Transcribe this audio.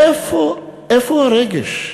איפה הרגש?